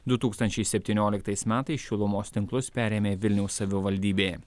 du tūkstančiai septynioliktais metais šilumos tinklus perėmė vilniaus savivaldybė